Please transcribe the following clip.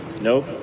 Nope